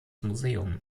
museum